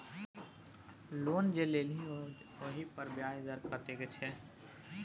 loan जे लेलही ओहिपर ब्याज दर कतेक छौ